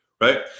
right